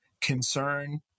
concern